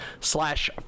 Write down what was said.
Slash